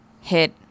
hit